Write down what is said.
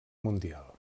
mundial